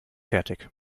fertig